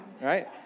right